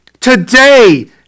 today